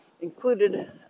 included